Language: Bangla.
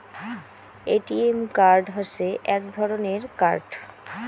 এ.টি.এম কার্ড হসে এক ধরণের কার্ড